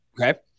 Okay